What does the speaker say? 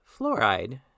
Fluoride